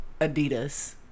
Adidas